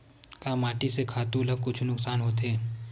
का माटी से खातु ला कुछु नुकसान होथे?